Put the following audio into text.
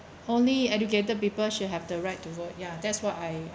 only educated people should have the right to vote yeah that's what I